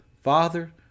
Father